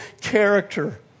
character